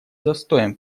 застоем